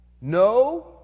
No